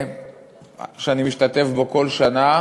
שאני משתתף בו כל שנה,